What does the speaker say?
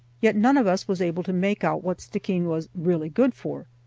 yet none of us was able to make out what stickeen was really good for.